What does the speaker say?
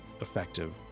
effective